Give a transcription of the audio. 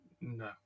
no